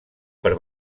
per